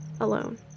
alone